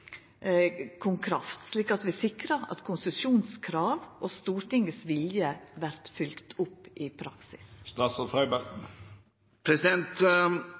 KonKraft, slik at vi sikrar at konsesjonskrav og Stortingets vilje vert følgde opp i